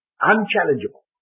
Unchallengeable